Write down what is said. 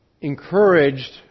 encouraged